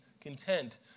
content